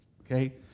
okay